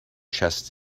chests